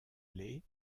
les